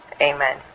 Amen